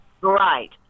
Right